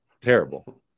terrible